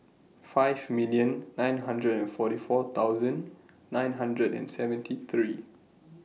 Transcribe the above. five million nine hundred and forty four thousand nine hundred and seventy three